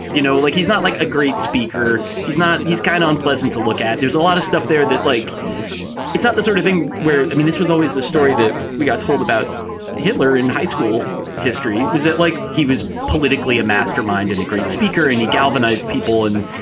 you know, like he's not like a great speaker. he's not he's kind of unpleasant to look at. there's a lot of stuff there that like it's not the sort of thing where i mean, this was always a story that we got told about hitler in high school history. was it like he was politically a mastermind and a great speaker and he galvanized people? and,